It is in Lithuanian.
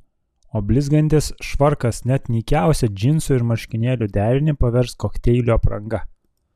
o blizgantis švarkas net nykiausią džinsų ir marškinėlių derinį pavers kokteilių apranga